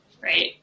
right